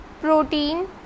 Protein